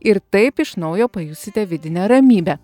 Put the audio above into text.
ir taip iš naujo pajusite vidinę ramybę